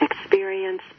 experience